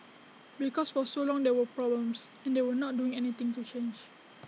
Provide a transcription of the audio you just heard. because for so long there were problems and they were not doing anything to change